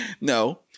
No